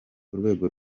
urwego